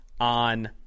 on